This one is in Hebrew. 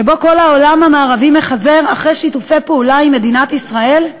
שבו כל העולם המערבי מחזר אחרי שיתופי פעולה עם ישראל?